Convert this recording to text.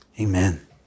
amen